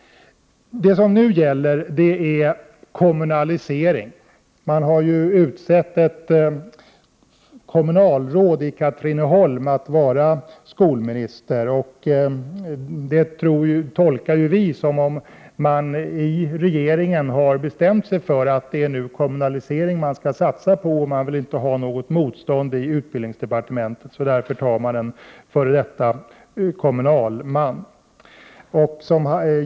Det som nu gäller är kommunalisering. Man har utsett ett kommunalråd i Katrineholm att vara skolminister. Det tolkar vi på det sättet att man i regeringen har bestämt sig för att nu satsa på kommunalisering. Man vill därvidlag inte ha något motstånd i utbildningsdepartementet, och därför utser man en kommunalman till skolminister.